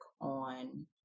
on